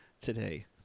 today